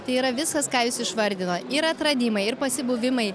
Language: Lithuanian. tai yra viskas ką jūs išvardino ir atradimai ir pasibuvimai